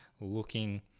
looking